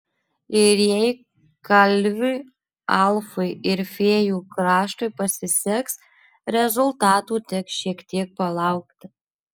ir jei kalviui alfui ir fėjų kraštui pasiseks rezultatų teks šiek tiek palaukti